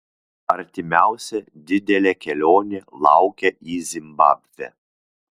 artimiausia didelė kelionė laukia į zimbabvę